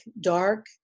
dark